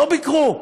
לא ביקרו.